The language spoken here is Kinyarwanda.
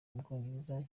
bwongereza